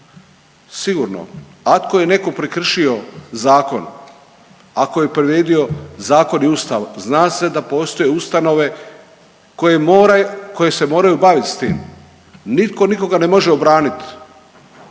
Sigurno, ako je netko prekršio zakon, ako je povrijedio zakon i Ustav, zna se da postoje ustanove koje se moraju baviti s tim. Nitko nikoga ne može obraniti